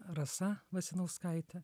rasa vasinauskaitė